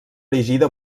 erigida